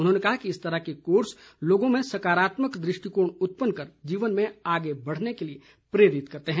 उन्होंने कहा कि इस तरह के कोर्स लोगों में सकारात्मक दृष्टिकोण उत्पन्न कर जीवन में आगे बढ़ने के लिए प्रेरित कर रहे हैं